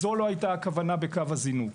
זו לא הייתה הכוונה בקו הזינוק.